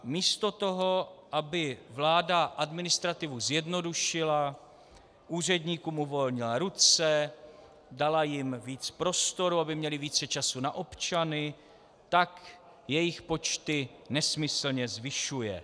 Místo toho, aby vláda administrativu zjednodušila, úředníkům uvolnila ruce, dala jim víc prostoru, aby měli více času na občany, tak jejich počty nesmyslně zvyšuje.